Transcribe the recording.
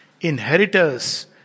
Inheritors